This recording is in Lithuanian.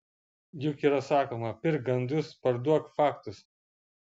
juk yra sakoma pirk gandus parduok faktus